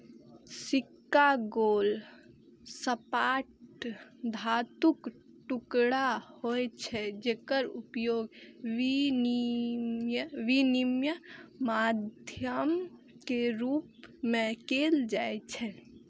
सिक्का गोल, सपाट धातुक टुकड़ा होइ छै, जेकर उपयोग विनिमय माध्यम के रूप मे कैल जाइ छै